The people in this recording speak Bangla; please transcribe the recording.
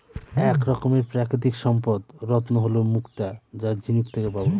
এক রকমের প্রাকৃতিক সম্পদ রত্ন হল মুক্তা যা ঝিনুক থেকে পাবো